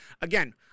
Again